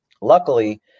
luckily